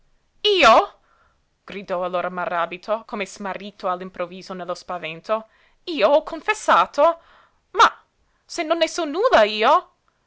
io gridò allora maràbito come smarrito all'improvviso nello spavento io ho confessato ma se non ne so nulla io